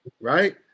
right